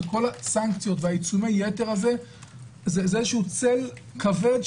שכל הסנקציות ועיצומי היתר הם צל כבד.